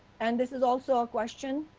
and this is also a question.